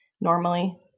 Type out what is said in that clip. normally